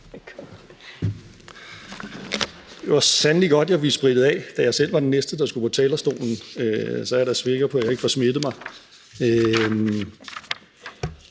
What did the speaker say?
Det var sandelig godt, jeg fik sprittet af, da jeg selv var den næste, der skulle på talerstolen – så er jeg da sikker på, at jeg ikke får smittet mig